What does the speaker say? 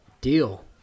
deal